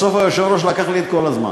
בסוף היושב-ראש לקח לי את כל הזמן.